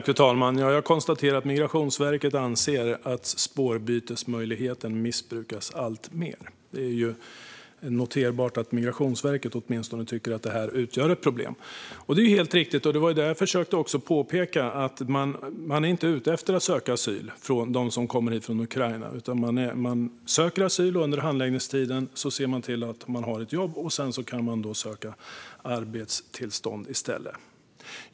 Fru talman! Jag konstaterar att Migrationsverket anser att spårbytesmöjligheten missbrukas alltmer. Det är noterbart att åtminstone Migrationsverket tycker att detta utgör ett problem. Det är helt riktigt, och det försökte jag också påpeka, att de som kommer hit från Ukraina inte är ute efter att söka asyl. Man söker asyl, och under handläggningstiden ser man till att ha ett jobb. Sedan kan man söka arbetstillstånd i stället.